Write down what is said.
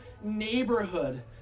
neighborhood